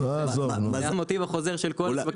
זה המוטיב החוזר של כל השווקים.